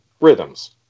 rhythms